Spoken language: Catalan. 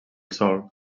sòl